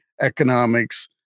economics